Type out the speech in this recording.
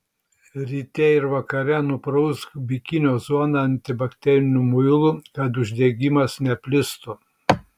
ryte ir vakare nuprausk bikinio zoną antibakteriniu muilu kad uždegimas neplistų